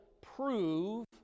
prove